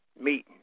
meeting